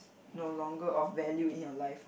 no longer of value in your life